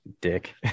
dick